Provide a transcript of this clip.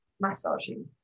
massaging